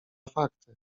fakty